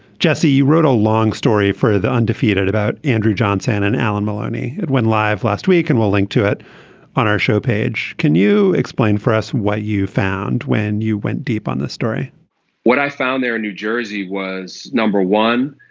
jesse you wrote a long story for the undefeated about andrew johnson and allen maloney went live last week and we'll link to it on our show page. can you explain for us what you found when you went deep on the story what i found there in new jersey was number one